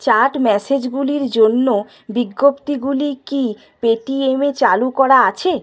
chat মেসেজগুলির জন্য বিজ্ঞপ্তিগুলি কি পেটিএম এ চালু করা আছে